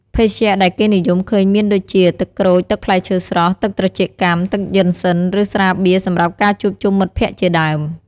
ភេសជ្ជៈដែលគេនិយមឃើញមានដូចជា ទឹកក្រូច ទឹកផ្លែឈើស្រស់ ទឹកត្រចៀកចាំ ទឹកយិនសុិន ឬ ស្រាបៀរសម្រាប់ការជួបជុំមិត្តភក្ដិជាដើម។